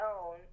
own